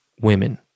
Women